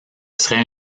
serait